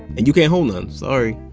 and you can't hold none, sorry